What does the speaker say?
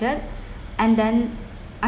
~ed and then I